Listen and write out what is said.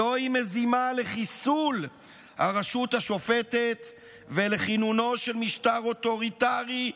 זוהי מזימה לחיסול הרשות השופטת ולכינונו של משטר אוטוריטרי,